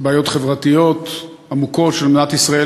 בעיות חברתיות עמוקות של מדינת ישראל